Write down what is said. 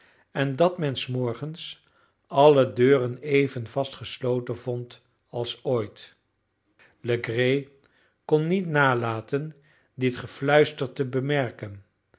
en dat men des morgens alle deuren even vast gesloten vond als ooit legree kon niet nalaten dit gefluister te bemerken